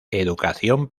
educación